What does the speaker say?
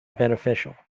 beneficial